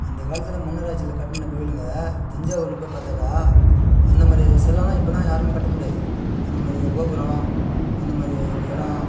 அந்த காலத்தில் மன்னர் ஆட்சியில் கட்டின கோவிலுங்க தஞ்சாவூரில் போய் பார்த்தாக்கா அந்த மாதிரி சிலைலாம் இப்போல்லாம் யாருமே கட்ட முடியாது அந்த மாதிரி கோபுரம் அந்த மாதிரி வ எடம்